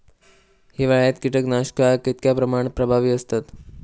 हिवाळ्यात कीटकनाशका कीतक्या प्रमाणात प्रभावी असतत?